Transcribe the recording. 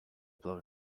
blow